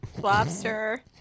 lobster